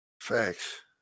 Facts